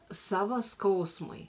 savo skausmui